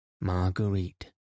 Marguerite